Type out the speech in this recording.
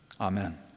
Amen